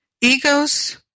Egos